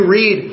read